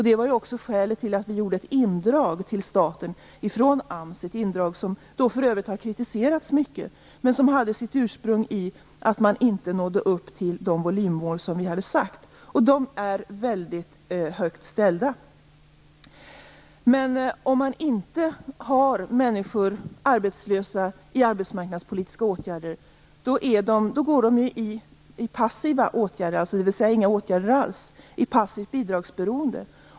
Det var också skälet till att vi gjorde ett indrag till staten från AMS, ett indrag som för övrigt har kritiserats mycket men som hade sitt ursprung i att man inte nådde upp till de volymmål som vi hade satt upp och som är väldigt högt satta. Men om man inte har arbetslösa i arbetsmarknadspolitiska åtgärder går de ju i passiva åtgärder, dvs. inga åtgärder alls, och i passivt bidragsberoende.